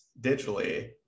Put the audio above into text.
digitally